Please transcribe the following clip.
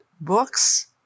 books